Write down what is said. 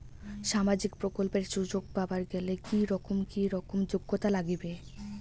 সামাজিক প্রকল্পের সুযোগ পাবার গেলে কি রকম কি রকম যোগ্যতা লাগিবে?